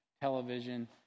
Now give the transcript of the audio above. television